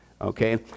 Okay